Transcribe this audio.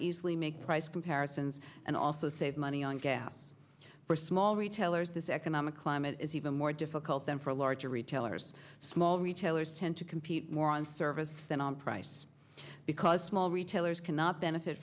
easily make price comparisons and also save money on gas for small retailers this economic climate is even more difficult than for larger retailers small retailers tend to compete more on service than on price because small retailers cannot benefit